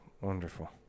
Wonderful